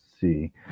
see